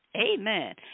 Amen